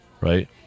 Right